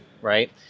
right